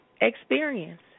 Experience